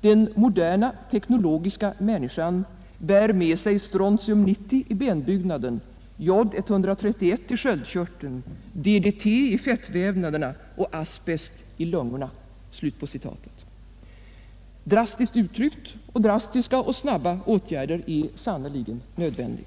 ”Den moderna teknologiska människan bär med sig strontium-90 i benbyggnaden, jod-131 i sköldkörteln, DDT i fettvävnaderna och asbest i lungorna.” Det är drastiskt uttryckt — och drastiska och snabba åtgärder är sannerligen nödvändiga.